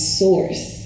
source